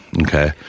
Okay